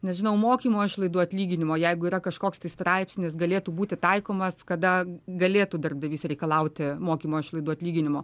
nežinau mokymo išlaidų atlyginimo jeigu yra kažkoks straipsnis galėtų būti taikomas kada galėtų darbdavys reikalauti mokymo išlaidų atlyginimo